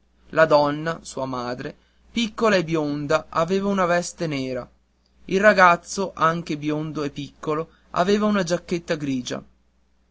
la donna sua madre piccola e bionda aveva una veste nera il ragazzo anche biondo e piccolo aveva una giacchetta grigia